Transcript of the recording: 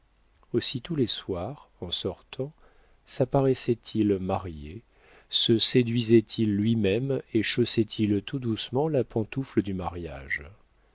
tous les soirs en sortant sapparaissait il marié se séduisait il lui-même et chaussait il tout doucement la pantoufle du mariage